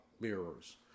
mirrors